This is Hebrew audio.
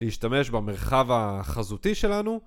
להשתמש במרחב החזותי שלנו